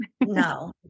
No